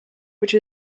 which